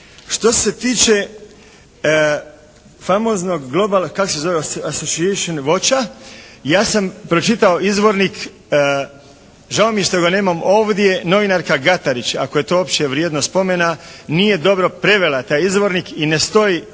Što se tiče famoznog kako se zove …/Govornik se ne razumije./… Ja sam pročitao izvornik, žao mi je što ga nemam ovdje. Novinarka Gatarić, ako je to uopće vrijedno spomena, nije dobro prevela taj izvornik i ne stoji